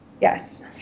Yes